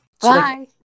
Bye